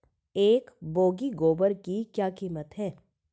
एक बोगी गोबर की क्या कीमत है?